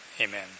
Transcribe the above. amen